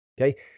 Okay